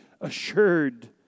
assured